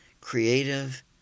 creative